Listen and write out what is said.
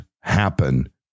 happen